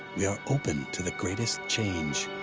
we are open to the greatest change.